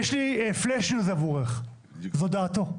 יש לי פלאש ניוז עבורך, זו דעתו.